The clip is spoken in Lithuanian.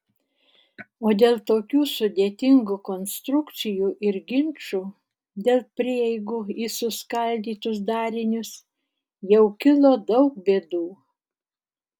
o dėl tokių sudėtingų konstrukcijų ir ginčų dėl prieigų į suskaldytus darinius jau kilo daug bėdų